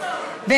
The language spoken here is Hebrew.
בסוד.